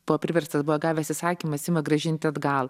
buvo priverstas buvo gavęs įsakymą simą grąžinti atgal